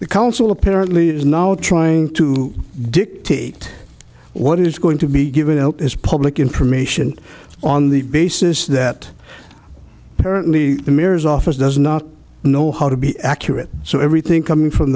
the council apparently is now trying to dictate what is going to be given out is public information on the basis that apparently the mirror's office does not know how to be accurate so everything coming from